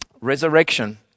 resurrection